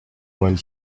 while